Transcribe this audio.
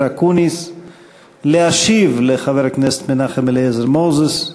אקוניס להשיב לחבר הכנסת מנחם אליעזר מוזס.